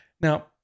Now